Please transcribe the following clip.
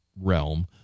realm